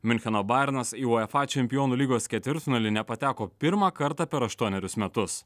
miuncheno bajernas į uefa čempionų lygos ketvirtfinalį nepateko pirmą kartą per aštuonerius metus